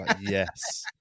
Yes